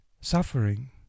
suffering